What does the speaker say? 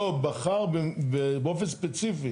לא, בחר באופן ספציפי.